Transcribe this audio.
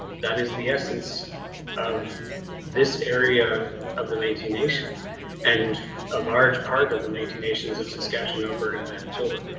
that is the essence of this area of them eighty nation and a large part of the maintain nations of saskatchewan, alberta, manitoba.